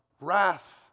wrath